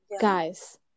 guys